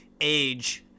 age